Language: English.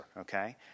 okay